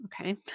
Okay